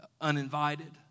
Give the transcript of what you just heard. uninvited